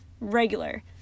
regular